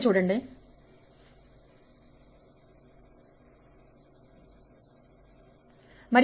IE